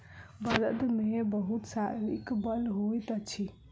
बड़द मे बहुत शारीरिक बल होइत अछि